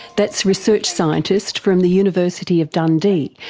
that's research scientist from the university of dundee,